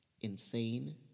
insane